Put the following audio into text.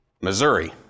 Missouri